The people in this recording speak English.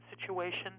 situation